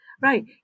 Right